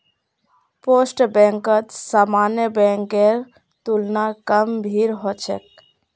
postal बैंकत सामान्य बैंकेर तुलना कम भीड़ ह छेक